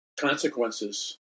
consequences